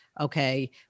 Okay